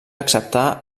acceptar